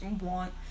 want